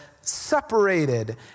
separated